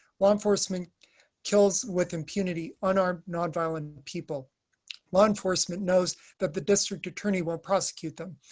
law enforcement kills with impunity on our non violent people law enforcement knows that the district attorney will prosecute them.